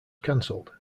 cancelled